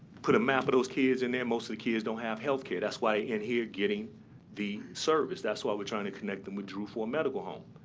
put a map of those kids in there, most of the kids don't have health care. that's why they're in here getting the service. that's why we're trying to connect them with drew for a medical home.